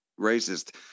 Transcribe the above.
racist